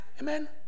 Amen